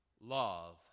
Love